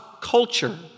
culture